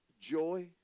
joy